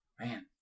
Man